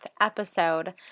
episode